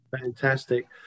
Fantastic